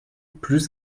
plus